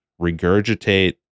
regurgitate